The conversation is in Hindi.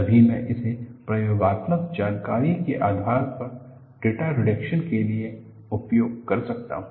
तभी मैं इसे प्रयोगात्मक जानकारी के आधार पर डेटा रिडक्शन के लिए उपयोग कर सकता हूं